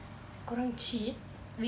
kau orang cheat